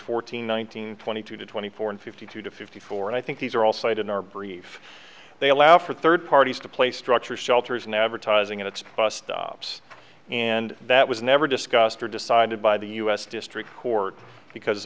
hundred twenty two to twenty four and fifty two to fifty four and i think these are all cited in our brief they allow for third parties to place structures shelters and advertising in its bus stops and that was never discussed or decided by the u s district court because